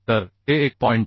तर ते 1